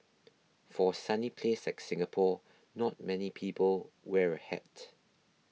for sunny place like Singapore not many people wear a hat